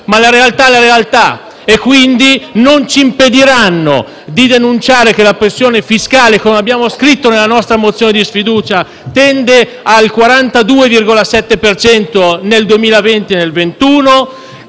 La realtà è questa e, quindi, non ci impediranno di denunciare che la pressione fiscale, come abbiamo scritto nella nostra mozione di sfiducia, tenderà al 42,7 per cento nel 2020